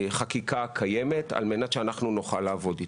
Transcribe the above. החקיקה הקיימת על מנת שנוכל לעבוד איתה.